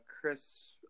chris